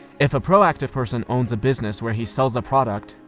if a proactive person owns a business where he sells a product,